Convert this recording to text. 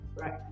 right